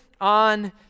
on